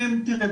תראה,